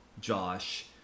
Josh